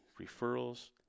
referrals